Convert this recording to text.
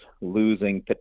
losing